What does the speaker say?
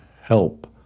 help